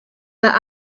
but